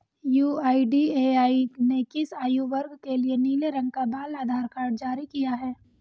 UIDAI ने किस आयु वर्ग के लिए नीले रंग का बाल आधार कार्ड जारी किया है?